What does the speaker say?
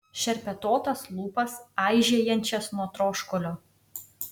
šerpetotas lūpas aižėjančias nuo troškulio